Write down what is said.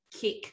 kick